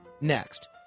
next